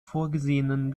vorgesehenen